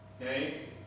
Okay